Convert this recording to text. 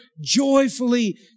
joyfully